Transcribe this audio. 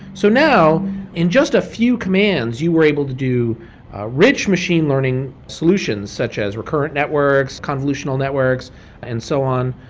so now in just a few commands, you were able to do rich machine learning solutions, such as recurrent networks, convolutional networks and so on.